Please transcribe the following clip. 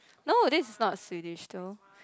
no this is not Swedish though